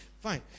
Fine